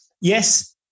yes